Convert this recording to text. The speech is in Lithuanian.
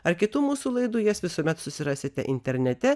ar kitų mūsų laidų jas visuomet susirasite internete